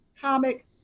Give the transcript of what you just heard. comic